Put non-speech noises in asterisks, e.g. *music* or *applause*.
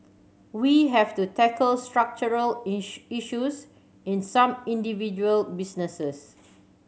we have to tackle structural *unintelligible* issues in some individual businesses